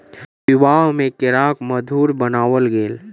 विवाह में केराक मधुर बनाओल गेल